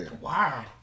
Wow